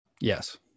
Yes